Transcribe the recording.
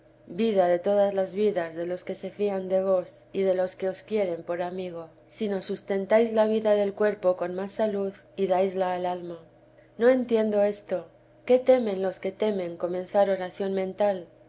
vida de todas las vidas de los que se fían de vos y de los que os quieren por amigo sino sustentáis la vida del cuerpo con más salud y daisla al alma no entiendo esto qué temen los que temen comenzar oración mental